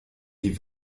die